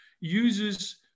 uses